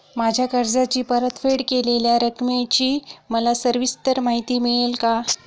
माझ्या कर्जाची परतफेड केलेल्या रकमेची मला सविस्तर माहिती मिळेल का?